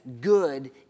good